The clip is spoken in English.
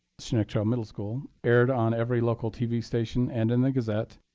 chinook trail middle school, aired on every local tv station and in the gazette.